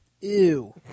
Ew